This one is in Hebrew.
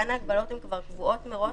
כאן ההגבלות הן כבר קבועות מראש